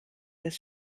das